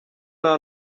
nta